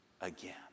again